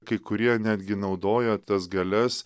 kai kurie netgi naudojo tas galias